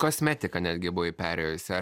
kosmetiką netgi buvai perėjusi